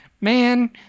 Man